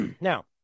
Now